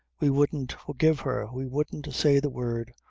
we wouldn't forgive her we wouldn't say the word,